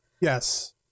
yes